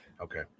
Okay